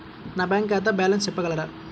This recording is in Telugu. నా బ్యాంక్ ఖాతా బ్యాలెన్స్ చెప్పగలరా?